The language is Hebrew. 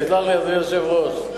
אדוני היושב-ראש,